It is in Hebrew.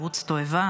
ערוץ תועבה,